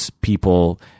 people